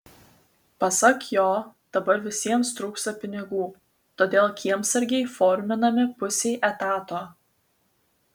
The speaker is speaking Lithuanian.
pasak jo dabar visiems trūksta pinigų todėl kiemsargiai forminami pusei etato